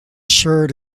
shirt